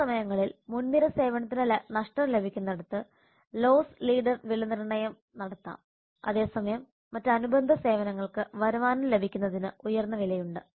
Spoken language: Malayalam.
ചില സമയങ്ങളിൽ മുൻനിര സേവനത്തിന് നഷ്ടം ലഭിക്കുന്നിടത്ത് ലോസ് ലീഡർ വിലനിർണ്ണയം നടത്താം അതേസമയം മറ്റ് അനുബന്ധ സേവനങ്ങൾക്ക് വരുമാനം ലഭിക്കുന്നതിന് ഉയർന്ന വിലയുണ്ട്